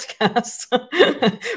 podcast